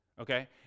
Okay